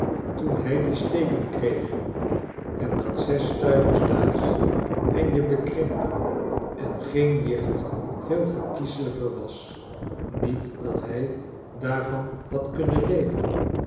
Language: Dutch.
toen hij die steken kreeg en dat zes stuivers daags en je bekrimpen en geen jicht veel verkieselijker was niet dat hij daarvan had kunnen leven